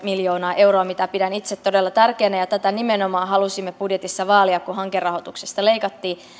miljoonaa euroa mitä pidän itse todella tärkeänä ja tätä nimenomaan halusimme budjetissa vaalia kun hankerahoituksesta leikattiin